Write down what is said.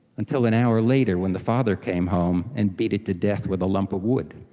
until an hour later when the father came home and beat it to death with a lump of wood.